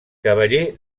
cavaller